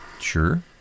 Sure